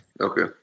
Okay